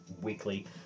weekly